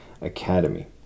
Academy